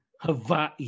Hawaii